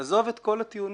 עזוב את כל הטיעונים.